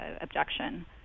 objection